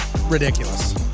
ridiculous